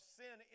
sin